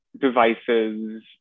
devices